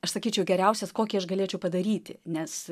aš sakyčiau geriausias kokį aš galėčiau padaryti nes